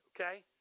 okay